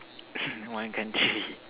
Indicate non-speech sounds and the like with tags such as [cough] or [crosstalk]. [noise] one country [laughs]